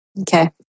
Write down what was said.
Okay